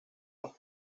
los